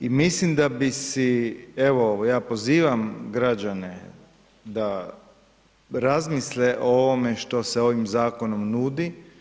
I mislim da bi si, evo, ja pozivam građane, da razmisle o ovome što se ovim zakonom nudi.